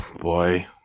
boy